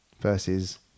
versus